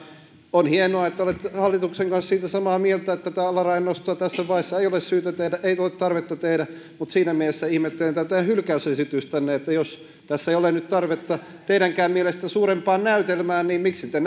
on hienoa että olette hallituksen kanssa samaa mieltä siitä että tätä alarajan nostoa tässä vaiheessa ei ole syytä tehdä ei ole tarvetta tehdä mutta siinä mielessä ihmettelen tätä hylkäysesitystänne että jos tässä ei ole nyt tarvetta teidänkään mielestänne suurempaan näytelmään niin miksi te